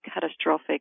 catastrophic